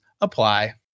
apply